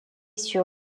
sur